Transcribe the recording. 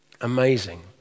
Amazing